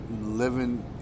living